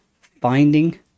finding